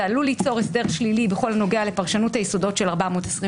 זה עלול ליצור הסדר שלילי בכל הנוגע לפרשנות היסודות של 428